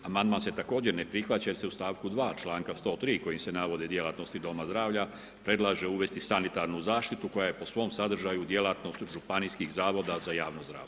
Amandman se također ne prihvaća jer se u stavku 2. članka 103. u kojemu se navode djelatnosti doma zdravlja predlaže uvesti sanitarnu zaštitu koja je po svom sadržaju djelatnost županijskih zavoda za javno zdravstvo.